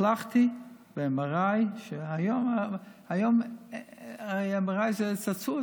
הצלחתי ב-MRI, והיום MRI זה צעצוע.